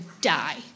die